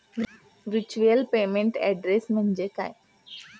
Virtual payment address म्हणजे काय?